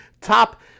top